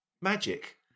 magic